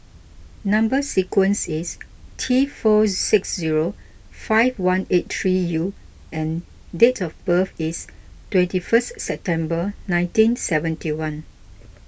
Number Sequence is T four six zero five one eight three U and date of birth is twenty first September nineteen seventy one